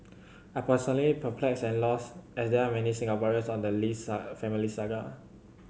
I'm personally perplexed and lost as there are many Singaporeans on the Lees are family saga